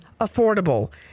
affordable